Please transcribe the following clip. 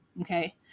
Okay